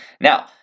Now